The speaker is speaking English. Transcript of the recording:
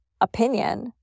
opinion